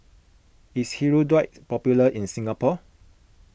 is Hirudoid popular in Singapore